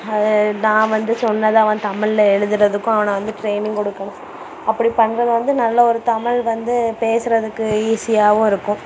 நான் வந்து சொன்னது அவன் தமிழ்ல எழுதுறதுக்கும் அவனை வந்து ட்ரெய்னிங் கொடுக்கணும் அப்படி பண்ணுறது வந்து நல்ல ஒரு தமிழ் வந்து பேசுகிறதுக்கு ஈஸியாகவும் இருக்கும்